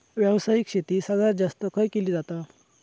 व्यावसायिक शेती सगळ्यात जास्त खय केली जाता?